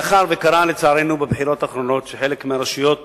מאחר שלצערנו בבחירות האחרונות חלק מהרשויות